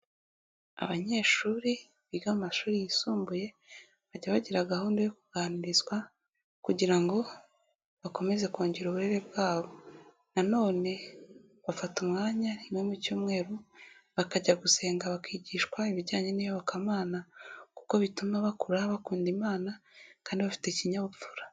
Abanyeshuri biga mu mashuri yisumbuye bajya bagira gahunda yo kuganirizwa kugira ngo bakomeze kongera uburere bwabo, nanone bafata umwanya rimwe mu cyumweru bakajya gusenga bakigishwa ibijyanye n'iyobokamana kuko bituma bakura bakunda imana kandi bafite ikinyabupfura.